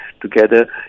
together